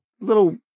little